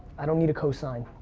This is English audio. i don't need a co-sign.